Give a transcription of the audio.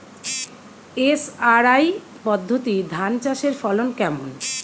SRI পদ্ধতি ধান চাষের ফলন কেমন?